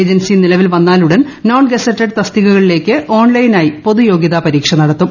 agency നിലവിൽ വന്നാലുടൻ non gazetted തസ്തികകളിലേക്ക് ഓൺലൈനായി പൊതുയോഗൃതാ പരീക്ഷ നടത്തും